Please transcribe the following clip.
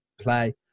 play